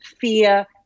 fear